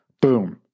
Boom